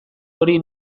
hori